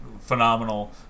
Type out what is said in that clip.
phenomenal